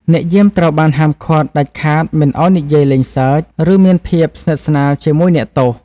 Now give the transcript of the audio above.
អ្នកយាមត្រូវបានហាមឃាត់ដាច់ខាតមិនឱ្យនិយាយលេងសើច ឬមានភាពស្និទ្ធស្នាលជាមួយអ្នកទោស។